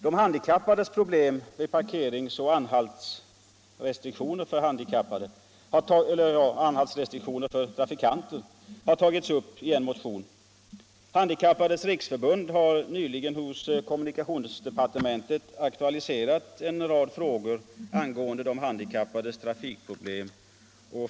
De handikappades problem med parkeringsoch anhaltsrestriktioner för trafikanter har tagits upp i en motion. De Handikappades riksförbund har nyligen hos kommunikationsdepartementet aktualiserat en rad frågor angående de handikappades trafikproblem.